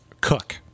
cook